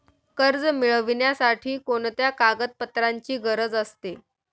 कर्ज मिळविण्यासाठी कोणत्या कागदपत्रांची गरज असते?